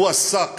הוא עסק